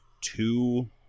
two